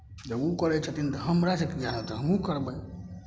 जँ ओ करै छथिन तऽ हमरासँ किएक नहि होतै हमहूँ करबै